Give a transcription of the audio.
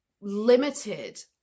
limited